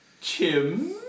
Chim